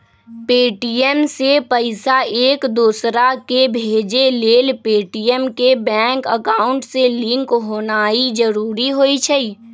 Paytm से पईसा एकदोसराकेँ भेजे लेल पेटीएम के बैंक अकांउट से लिंक होनाइ जरूरी होइ छइ